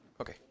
Okay